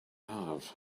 have